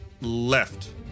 Left